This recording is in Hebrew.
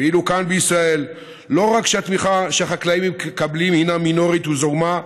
ואילו כאן בישראל לא רק שהתמיכה שהחקלאים מקבלים היא מינורית וזעומה,